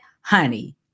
honey